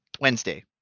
Wednesday